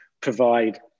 provide